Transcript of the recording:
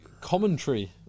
commentary